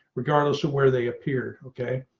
regardless of where they appear. okay.